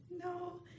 no